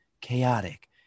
chaotic